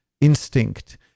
instinct